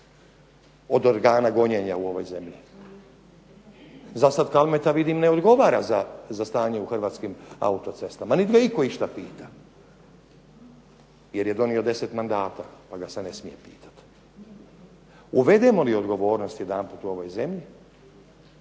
od organa gonjenja u ovoj zemlji. Zasad Kalmeta vidim ne odgovara za stanje u Hrvatskim autocestama, niti ga itko išta pita, jer je donio 10 mandata pa ga se ne smije pitati. Uvedemo li odgovornost jedanput u ovoj zemlji,